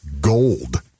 gold